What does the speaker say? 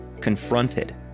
confronted